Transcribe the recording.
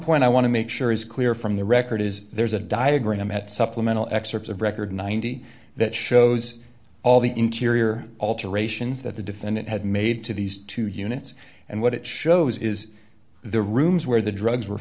point i want to make sure is clear from the record is there is a diagram at supplemental excerpts of record ninety that shows all the interior alterations that the defendant had made to these two units and what it shows is the rooms where the drugs were